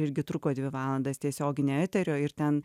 irgi truko dvi valandas tiesioginio eterio ir ten